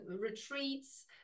retreats